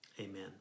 amen